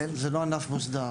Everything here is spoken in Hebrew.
זהו לא ענף מוסדר.